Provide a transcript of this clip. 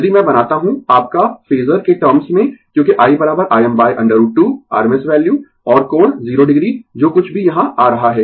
यदि मैं बनाता हूँ आपका फेजर के टर्म्स में क्योंकि i Im √ 2 rms वैल्यू और कोण 0o जो कुछ भी यहां आ रहा है